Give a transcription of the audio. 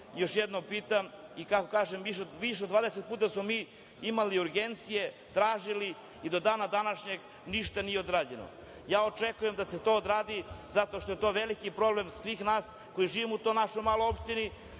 još jednom pitam. Kako kažem više od 20 puta smo mi imali urgencije, tražili i do dana današnjeg ništa nije odrađeno. Očekujem da će to da se odradi zato što je to veliki problem svih nas koji živimo u toj našoj maloj opštini